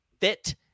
fit